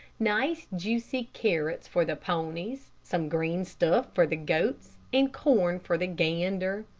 nice, juicy carrots for the ponies, some green stuff for the goats, and corn for the gander.